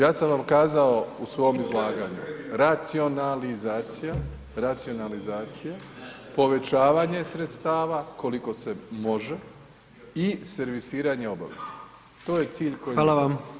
Ja sam vam kazao u svom izlaganju racionalizacija, racionalizacija, povećavanje sredstava koliko se može i servisiranje obaveza, to je cilj koji imamo.